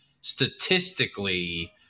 statistically